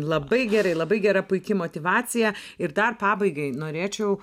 labai gerai labai gera puiki motyvacija ir dar pabaigai norėčiau